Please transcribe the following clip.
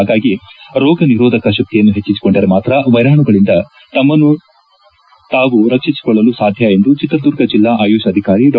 ಹಾಗಾಗಿ ರೋಗ ನಿರೋಧಕ ಶಕ್ತಿಯನ್ನು ಹೆಚ್ಚಿಸಿಕೊಂಡರೆ ಮಾತಾ ವೈರಾಣುಗಳಿಂದ ನಮ್ಮನ್ನು ನಾವು ರಕ್ಷಿಸಿಕೊಳ್ಳಲು ಸಾಧ್ಯ ಎಂದು ಚಿತ್ರದುರ್ಗ ಜಿಲ್ಲಾ ಆಯುಷ್ ಅಧಿಕಾರಿ ಡಾ